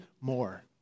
more